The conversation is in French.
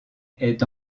est